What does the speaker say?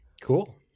Cool